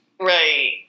Right